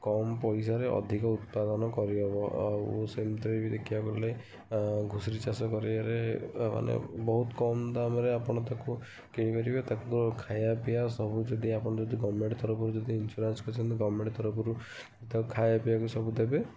କମ୍ ପଇସାରେ ଅଧିକ ଉତ୍ପାଦନ କରିହେବ ଆଉ ସେମିତିରେ ଦେଖିବାକୁ ଗଲେ ଘୁଷୁରୀ ଚାଷ କରିବାରେ ମାନେ ବହୁତ କମ୍ ଦାମ୍ରେ ଆପଣ ତାକୁ କିଣିପାରିବେ ତାକୁ ଖାଇବା ପିଇବା ସବୁ ଯଦି ଆପଣ ଯଦି ଗଭର୍ନମେଣ୍ଟ୍ ତରଫରୁ ଯଦି ଇନ୍ସୁରାନ୍ସ୍ କରିଛନ୍ତି ଗଭର୍ନମେଣ୍ଟ୍ ତରଫରୁ ତାକୁ ଖାଇବା ପିଇବାକୁ ସବୁ ଦେବେ